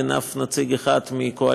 אין אף נציג אחד מהקואליציה,